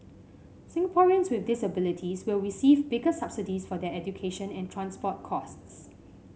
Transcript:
Singaporeans with disabilities will receive bigger subsidies for their education and transport costs